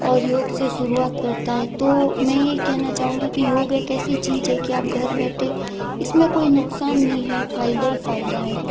और योग से शुरूआत करता है तो मैं यह कहना चाहूंगी कि योग एक ऐसी चीज़ है कि आप घर बैठे इसमें कोई नुकसान नहीं है फायदा ही फायदा है